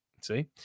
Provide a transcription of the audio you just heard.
See